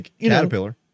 Caterpillar